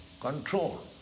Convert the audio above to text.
control